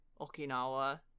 Okinawa